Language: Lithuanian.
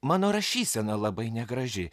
mano rašysena labai negraži